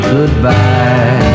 goodbye